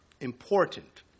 important